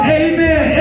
amen